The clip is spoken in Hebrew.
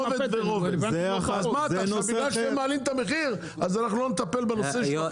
אז בגלל שהם מעלים את המחיר לא נטפל בנושא של החקלאות?